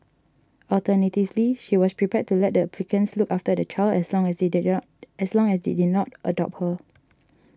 alternatively she was prepared to let the applicants look after the child as long as they did not as long as they did not adopt her